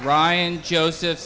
ryan joseph